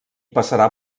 passarà